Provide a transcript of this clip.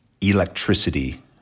electricity